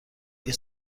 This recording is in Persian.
این